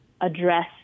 address